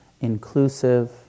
inclusive